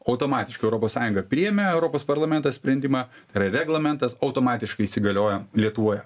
automatiškai europos sąjunga priėmė europos parlamentas sprendimą ir reglamentas automatiškai įsigalioja lietuvoje